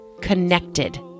connected